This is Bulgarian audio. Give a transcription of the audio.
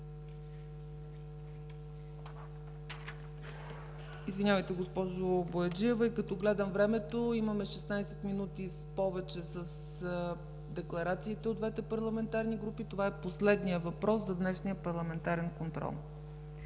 Сухиндол – Павликени. Като гледам времето, има 16 минути в повече с декларациите от двете парламентарни групи, това е последният въпрос за днешния парламентарен контрол.